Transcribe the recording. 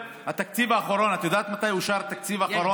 התקציב האחרון, את יודעת מתי אושר התקציב האחרון?